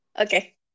Okay